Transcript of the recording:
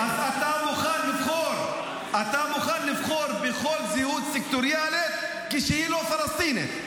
אתה מוכן לבחור בכל זהות סקטוריאלית כשהיא לא פלסטינית.